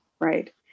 right